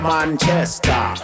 Manchester